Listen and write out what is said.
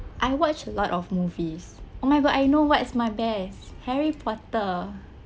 I watch a lot of movies oh my god I know what's my best harry potter